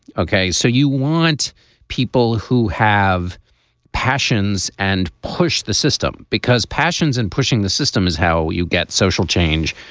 ok, so you want people who have passions and push the system because passions and pushing the system is how you get social change.